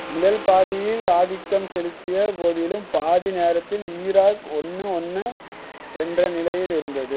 முதல் பாதியில் ஆதிக்கம் செலுத்திய போதிலும் பாதி நேரத்தில் ஈராக் ஒன்று ஒன்று என்ற நிலையில் இருந்தது